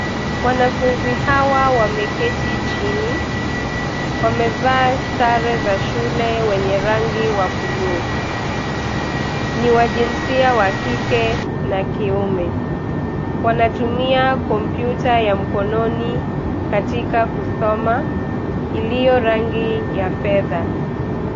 Wanafunzi hawa wameketi chini. Wamevaa sare za shule wenye rangi wa buluu. Ni wa jinsia wa kike na kiume. Wanatumia kompyuta ya mkononi katika kusoma iliyo rangi ya fedha.